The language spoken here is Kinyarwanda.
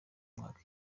mwaka